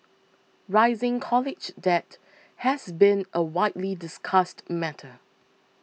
rising college debt has been a widely discussed matter